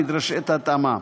נדרשת ההתאמה.